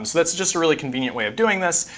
so that's just a really convenient way of doing this.